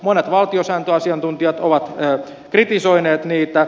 monet valtiosääntöasiantuntijat ovat kritisoineet niitä